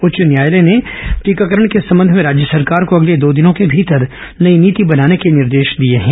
उच्च न्यायालय ने टीकाकरण के संबंध में राज्य सरकार को अगले दो दिनों के भीतर नई नीति बनाने के निर्देश दिए हैं